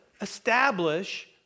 establish